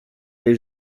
les